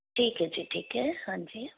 ਠੀਕ ਹੈ ਜੀ ਠੀਕ ਹੈ ਹਾਂਜੀ